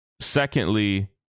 Secondly